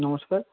নমস্কার